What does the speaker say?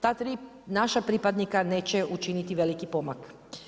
Ta tri naša pripadnika neće učiniti veliki pomak.